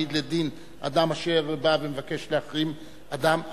להעמיד לדין אדם אשר בא ומבקש להחרים אדם,